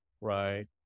right